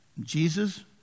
Jesus